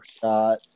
shot